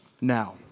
now